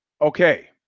Okay